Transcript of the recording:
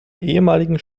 ehemaligen